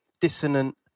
dissonant